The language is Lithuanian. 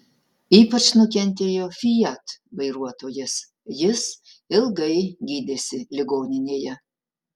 ypač nukentėjo fiat vairuotojas jis ilgai gydėsi ligoninėje